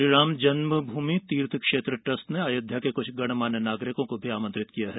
श्रीराम जन्मपभूमि तीर्थ क्षेत्र ट्रस्ट ने अयोध्या के कुछ गणमान्य नागरिकों को भी आमंत्रित किया है